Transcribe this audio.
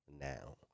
now